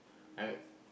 I